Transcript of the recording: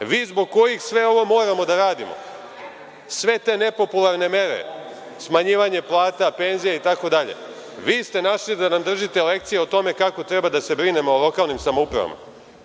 vi zbog kojih sve ovo moramo da radimo, sve te nepopularne mere, smanjivanje plata, penzija itd? Vi ste našli da nam držite lekcije o tome kako treba da se brinemo o lokalnim samoupravama?